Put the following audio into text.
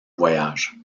voyage